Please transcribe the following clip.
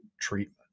treatment